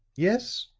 yes?